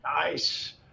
Nice